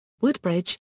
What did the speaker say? Woodbridge